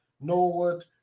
Norwood